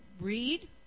read